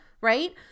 right